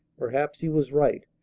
perhaps he was right.